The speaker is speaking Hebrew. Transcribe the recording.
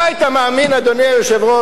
אתה היית מאמין, אדוני היושב-ראש?